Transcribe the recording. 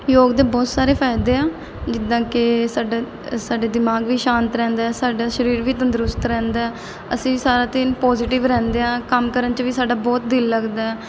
ਯੋਗ ਦੇ ਬਹੁਤ ਸਾਰੇ ਫਾਇਦੇ ਆ ਜਿੱਦਾਂ ਕਿ ਸਾਡਾ ਸਾਡੇ ਦਿਮਾਗ ਵੀ ਸ਼ਾਂਤ ਰਹਿੰਦਾ ਸਾਡਾ ਸਰੀਰ ਵੀ ਤੰਦਰੁਸਤ ਰਹਿੰਦਾ ਅਸੀਂ ਸਾਰਾ ਦਿਨ ਪੋਜ਼ੀਟਿਵ ਰਹਿੰਦੇ ਹਾਂ ਕੰਮ ਕਰਨ 'ਚ ਵੀ ਸਾਡਾ ਬਹੁਤ ਦਿਲ ਲੱਗਦਾ